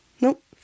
Nope